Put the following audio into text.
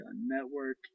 network